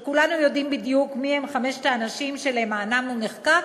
כשכולנו יודעים בדיוק מי הם חמשת האנשים שלמענם הוא נחקק,